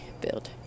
build